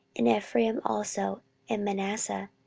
in ephraim also and manasseh,